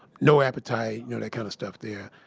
no appetite. you know, that kind of stuff there.